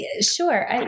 sure